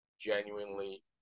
genuinely